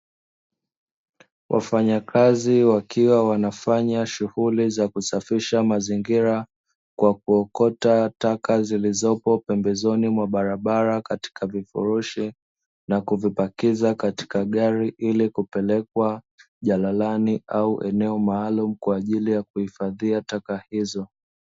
Wafanyakazi wakiwa wanafanya shughuli za kusafisha mazingira kwa kuokota taka zilizopo pembezoni mwa barabara katika vifurushi na kuvipakiza katika gari, ili kupelekwa jalalani au eneo maalum kwa ajili ya kuhifadhia taka hizo.